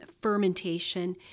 fermentation